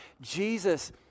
Jesus